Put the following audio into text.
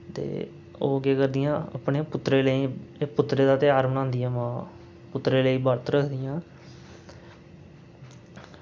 ते ओह् करदियां अपने पुत्तरें लेई एह् पुत्तरै दां ध्यार मनांदियां मावां पुत्तरै लेई बर्त रक्खदियां